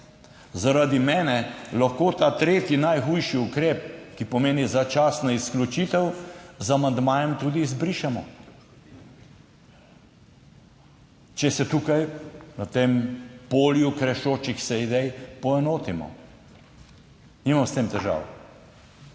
Zaradi mene lahko ta tretji, najhujši ukrep, ki pomeni začasno izključitev, z amandmajem tudi izbrišemo, če se tukaj na tem polju krešočih se idej poenotimo. Nimamo s tem težav.